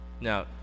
Now